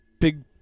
big